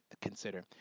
consider